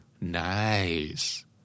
Nice